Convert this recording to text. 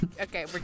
okay